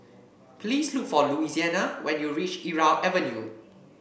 please look for Louisiana when you reach Irau Avenue